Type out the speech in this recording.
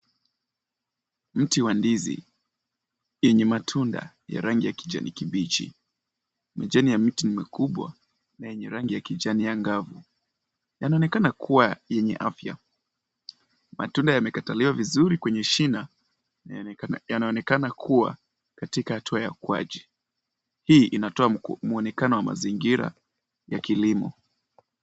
Mti wa ndizi wenye matunda ya kijani kibichi, majani ya mti ni makubwa na ni ya rangi ya kijani angavu, yanaonekana kuwa yenye afya. Matunda yamekatalia vizuri kwenye shina, nayanaonekana katika hatua ya kwako. Hii inatoa mwonekano wa mazingira ya kilimo.